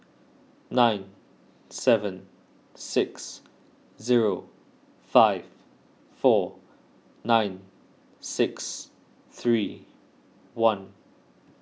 nine seven six zero five four nine six three one